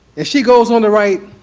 and she goes on to write,